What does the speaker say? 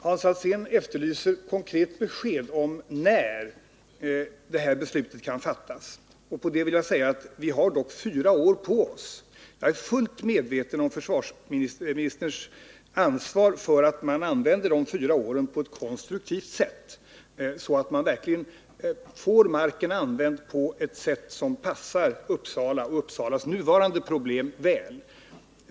Hans Alsén efterlyser konkret besked om när detta beslut kan fattas. Till det vill jag säga att vi har dock fyra år på oss. Jag är fullt medveten om försvarsministerns ansvar för att man utnyttjar de fyra åren konstruktivt, så att man verkligen får marken använd på ett sätt som passar Uppsala och Uppsalas nuvarande problem väl.